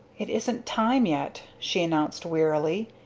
it isn't time yet, she announced wearily.